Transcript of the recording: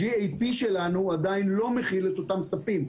ה-GAP שלנו הוא עדיין לא מכיל את אותם ספים.